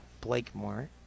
Blakemore